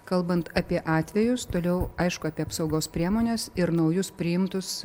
kalbant apie atvejus toliau aišku apie apsaugos priemones ir naujus priimtus